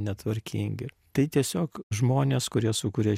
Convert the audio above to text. netvarkingi tai tiesiog žmonės kurie sukuria